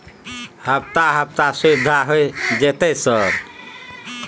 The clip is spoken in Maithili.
हफ्ता हफ्ता सुविधा होय जयते सर?